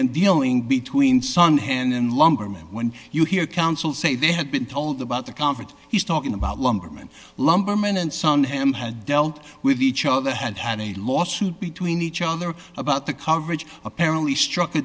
and dealing between son hannan lumbermen when you hear council say they had been told about the coverage he's talking about lumbermen lumbermen and son m had dealt with each other had had a lawsuit between each other about the coverage apparently struck